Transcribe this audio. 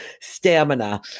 stamina